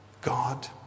God